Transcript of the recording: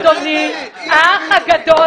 אדוני האח הגדול,